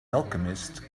alchemist